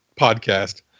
podcast